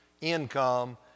income